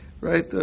right